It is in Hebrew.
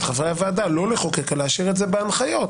חברי הוועדה לא לחוקק אלא להשאיר את זה בהנחיות,